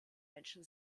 menschen